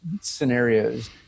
scenarios